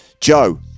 Joe